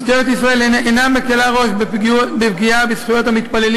משטרת ישראל אינה מקִלה ראש בפגיעה בזכויות המתפללים